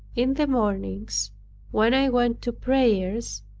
in the mornings when i went to prayers,